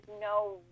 no